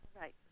Right